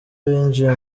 binjiye